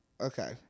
Okay